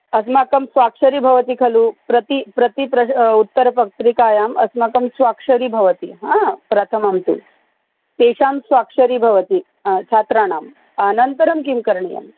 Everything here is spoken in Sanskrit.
अस्माकं स्वाक्षरी भवति खलु प्रति प्रतिप्रज उत्तरपत्रिकायाम् अस्माकं स्वाक्षरी भवति हा प्रथमं तु तेषां स्वाक्षरी भवति छात्राणां अनन्तरं किं करणीयम्